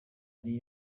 ari